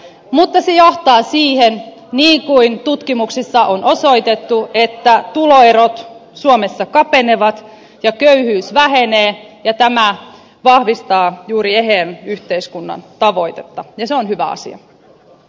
mutta se johtaa siihen niin kuin tutkimuksissa on osoitettu että tuloerot suomessa kapenevat ja köyhyys vähenee ja tämä vahvistaa juuri eheän yhteiskunnan tavoitetta ja se on hyvä asia